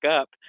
up